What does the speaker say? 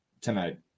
tonight